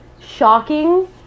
shocking